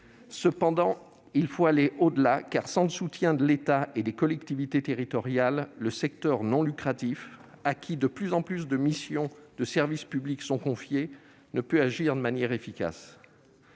Cependant, il faut aller au-delà, car, sans le soutien de l'État et des collectivités territoriales, le secteur non lucratif, auquel sont confiées de plus en plus de missions de service public, ne peut agir de manière efficace.